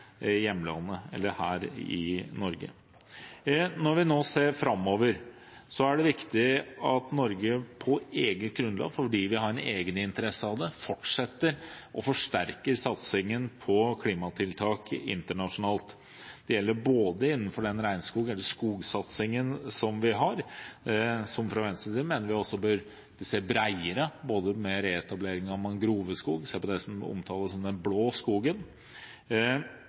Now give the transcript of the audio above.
Norge. Når vi nå ser framover, er det viktig at Norge på eget grunnlag, fordi vi har en egen interesse av det, fortsetter å forsterke satsingen på klimatiltak internasjonalt. Det gjelder også for den skogsatsingen som vi har, og fra Venstres side mener vi at vi her bør se bredere på det som gjelder reetablering av mangroveskog – som omtales som den blå skogen.